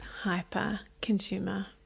hyper-consumer